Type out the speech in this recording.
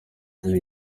iyi